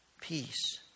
peace